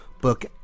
book